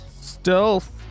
Stealth